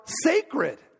sacred